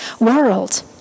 world